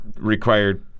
required